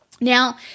Now